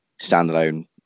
standalone